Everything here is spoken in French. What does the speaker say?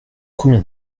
combien